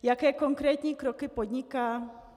Jaké konkrétní kroky podniká?